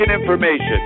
information